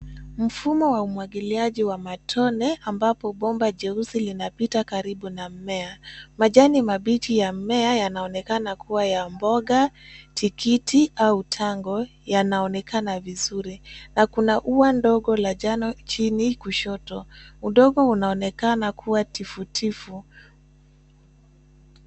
Mfumo wa umwagiliaji wa matone ambapo bomba jeusi linapita karibu na mmea. Majani mabichi ya mmea yanaonekana kuwa ya mboga, tikiti au tango, yanaonekana vizuri. Na kuna ua ndogo la njano chini kushoto. Udongo unaonekana kuwa tifu tifu.